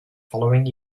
following